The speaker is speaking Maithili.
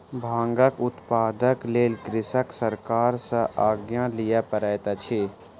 भांगक उत्पादनक लेल कृषक सरकार सॅ आज्ञा लिअ पड़ैत अछि